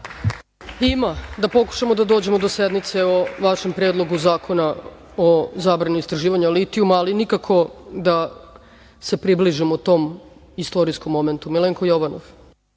Ima, da pokušamo da dođemo do sednice o vašem predlogu zakona o zabrani istraživanja litijuma, ali nikako da se približimo tom istorijskom momentu. Reč ima Milenko Jovanov.